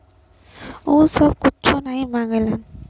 उ सब कुच्छो नाही माँगलन